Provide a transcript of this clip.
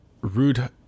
rude